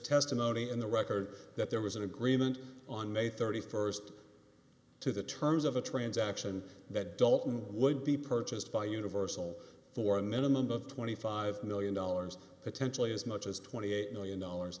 testimony in the record that there was an agreement on may thirty first to the terms of a transaction that dolton would be purchased by universal for a minimum of twenty five million dollars potentially as much as twenty eight million dollars